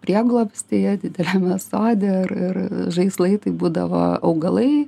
prieglobstyje dideliame sode ir ir žaislai tai būdavo augalai